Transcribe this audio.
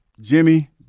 Jimmy